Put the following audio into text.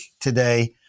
today